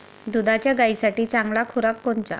दुधाच्या गायीसाठी चांगला खुराक कोनचा?